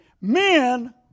Men